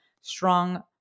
Strong